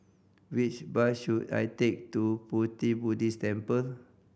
which bus should I take to Pu Ti Buddhist Temple